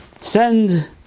Send